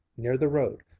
near the road,